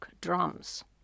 drums